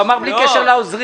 הוא אמר: בלי קשר לעוזרים.